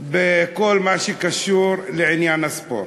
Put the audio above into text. בכל מה שקשור לעניין הספורט.